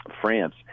France